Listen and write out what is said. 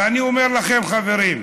ואני אומר לכם, חברים,